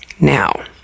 Now